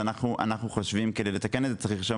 אנחנו חושבים שכדי לתקן את זה צריך לרשום